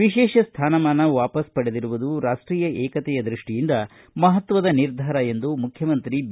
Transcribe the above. ವಿಶೇಷ ಸ್ವಾನಮಾನ ವಾಪಸ್ ಪಡೆದಿರುವುದು ರಾಷ್ಟೀಯ ಐಕ್ಕತೆಯ ದೃಷ್ಠಿಯಿಂದ ಮಹತ್ವದ ನಿರ್ಧಾರ ಎಂದು ಮುಖ್ಯಮಂತ್ರಿ ಬಿ